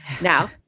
Now